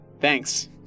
Thanks